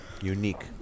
Unique